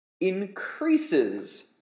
increases